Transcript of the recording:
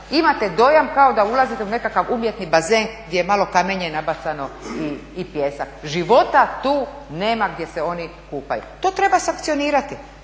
Imate dojam kao da ulazite u nekakav umjetni bazen gdje je malo kamenje nabacano i pijesak. Života tu nema gdje se oni kupaju. To treba sankcionirati,